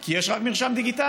כי יש רק מרשם דיגיטלי,